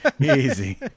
Easy